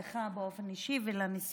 תודה לך באופן אישי ולנשיאות